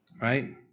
Right